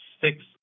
six